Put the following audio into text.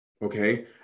okay